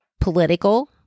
political